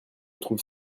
trouve